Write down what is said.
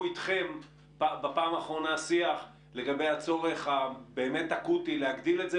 איתכם בפעם האחרונה שיח לגבי הצורך להגדיל את זה,